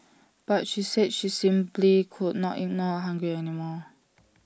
but she said she simply could not ignore A hungry animal